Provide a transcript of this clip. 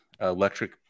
electric